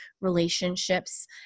relationships